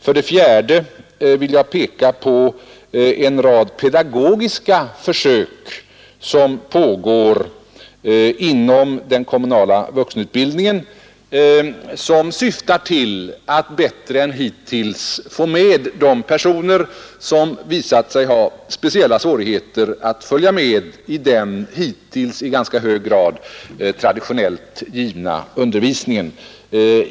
För det fjärde pågår inom den kommunala vuxenutbildningen en rad pedagogiska försök som syftar till att bättre än nu få med de personer som visat sig ha speciella svårigheter att följa med i den hittills i ganska hög grad traditionellt givna undervisningen.